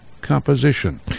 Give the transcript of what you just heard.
composition